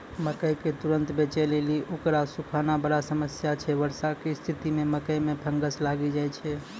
मकई के तुरन्त बेचे लेली उकरा सुखाना बड़ा समस्या छैय वर्षा के स्तिथि मे मकई मे फंगस लागि जाय छैय?